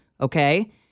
okay